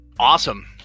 Awesome